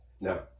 Now